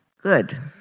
Good